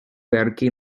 verki